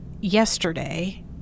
yesterday